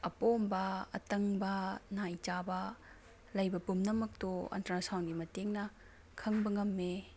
ꯑꯄꯣꯝꯕ ꯑꯇꯪꯕ ꯅꯥꯏ ꯆꯥꯕ ꯂꯩꯕ ꯄꯨꯝꯅꯃꯛꯇꯣ ꯑꯜꯇ꯭ꯔꯥꯁꯥꯎꯟꯒꯤ ꯃꯇꯦꯡꯅ ꯈꯪꯕ ꯉꯝꯃꯦ